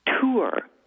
tour